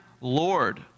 Lord